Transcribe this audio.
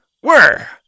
Where